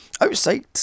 Outside